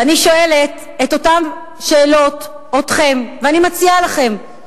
ואני שואלת אתכם את אותן שאלות ואני מציעה לכם,